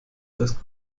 das